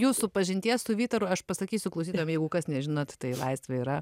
jūsų pažinties su vytaru aš pasakysiu klausytojam jeigu kas nežinot tai laisvė yra